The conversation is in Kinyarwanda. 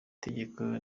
itegeko